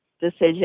decision